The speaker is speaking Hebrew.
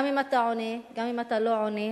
גם אם אתה עונה וגם אם אתה לא עונה,